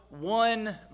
one